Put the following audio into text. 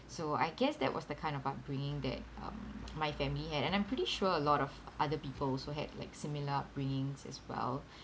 so I guess that was the kind of upbringing that um my family had and I'm pretty sure a lot of other people also had like similar upbringings as well